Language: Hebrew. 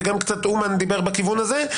וגם קצת אומן דיבר בכיוון הזה,